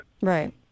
Right